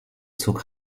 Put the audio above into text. zog